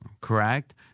correct